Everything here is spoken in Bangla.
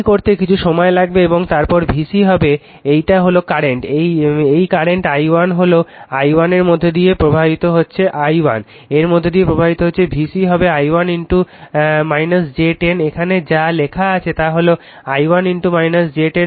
এটি করতে কিছু সময় লাগবে এবং তারপর V c হবে এটাই হল কারেন্ট এই কারেন্ট i1 হল i1 এর মধ্য দিয়ে প্রবাহিত হচ্ছে I1 এর মধ্য দিয়ে প্রবাহিত হচ্ছে V c হবে i1 j 10 এখানে যা লেখা আছে তা হল i1 j 10